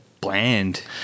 bland